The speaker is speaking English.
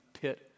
pit